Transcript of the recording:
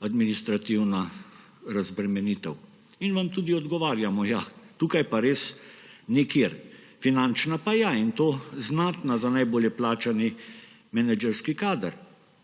administrativna razbremenitev. In vam tudi odgovarjamo, ja tukaj pa res nikjer, finančna pa ja; in to znatna za najbolje plačani menedžerski kader.